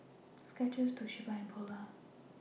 Skechers Toshiba and Polar